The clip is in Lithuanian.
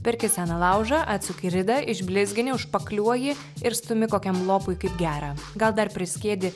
perki seną laužą atsuki ridą išblizgini užšpakliuoji ir stumi kokiam lopui kaip gerą gal dar priskiedi